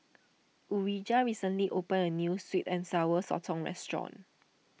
Urijah recently opened a New Sweet and Sour Sotong Restaurant